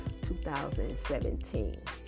2017